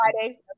Friday